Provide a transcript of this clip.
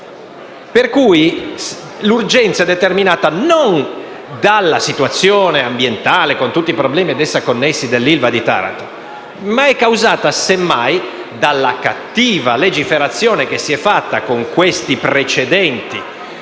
Quindi, l'urgenza è determinata non dalla situazione ambientale (con tutti i problemi ad essa connessi) dell'ILVA di Taranto, ma è causata semmai dalla cattiva legiferazione che si è fatta con i precedenti dieci